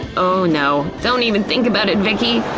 oh no. don't even think about it, vicki.